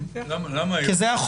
(בידוד